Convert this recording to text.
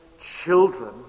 children